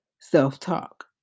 self-talk